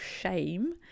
shame